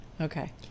Okay